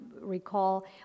recall